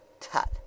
Tut